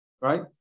Right